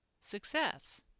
success